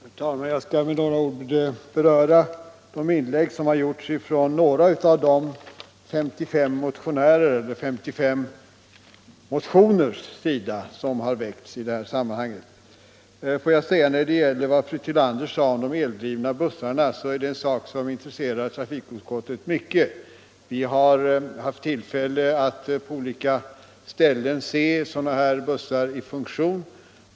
Herr talman» Jag skall med ett par ord beröra de inlägg som gjorts av några av dem som står för de 55 motioner som väckts i det här sammanhanget. Låt mig säga med anledning av fru Tillanders anförande att de eldrivna bussarna är en sak som intresserar trafikutskottet mycket. Vi har haft tillfälle att på olika ställen se sådana bussar i funktion.